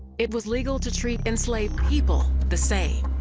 it was legal to treat enslaved people the same.